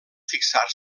fixar